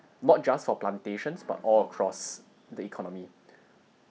not just for plantations but all across the economy